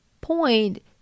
point